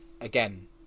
Again